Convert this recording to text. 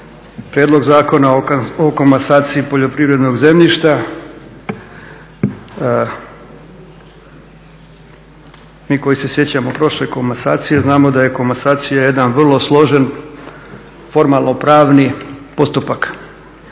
Prijedlog Zakona o komasaciji poljoprivrednog zemljišta, mi koji se sjećamo prošle komasacije znamo da je komasacija jedan vrlo složen, formalno pravni postupak.